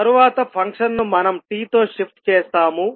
తరువాత ఫంక్షన్ ను మనం t తో షిఫ్ట్ చేస్తాము